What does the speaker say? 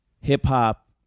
Hip-hop